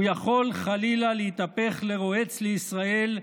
הוא יכול חלילה להתהפך לרועץ לישראל,